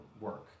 work